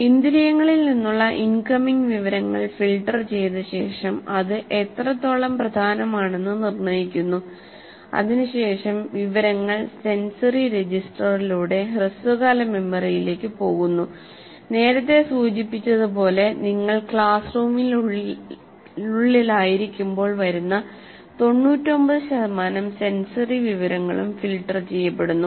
ഇന്ദ്രിയങ്ങളിൽ നിന്നുള്ള ഇൻകമിംഗ് വിവരങ്ങൾ ഫിൽട്ടർ ചെയ്ത ശേഷം അത് എത്രത്തോളം പ്രധാനമാണെന്ന് നിർണ്ണയിക്കുന്നുഅതിനുശേഷം വിവരങ്ങൾ സെൻസറി രജിസ്റ്ററിലൂടെ ഹ്രസ്വകാല മെമ്മറിയിലേക്ക് പോകുന്നുനേരത്തെ സൂചിപ്പിച്ചതുപോലെ നിങ്ങൾ ക്ലാസ് റൂമിനുള്ളിലായിരിക്കുമ്പോൾ വരുന്ന 99 ശതമാനം സെൻസറി വിവരങ്ങളും ഫിൽട്ടർ ചെയ്യപ്പെടുന്നു